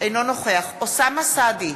אינו נוכח אוסאמה סעדי,